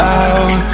out